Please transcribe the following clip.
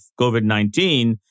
COVID-19